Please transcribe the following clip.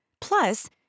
Plus